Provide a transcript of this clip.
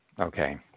Okay